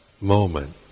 moment